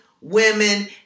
women